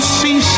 see